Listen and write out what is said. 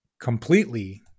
completely